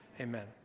amen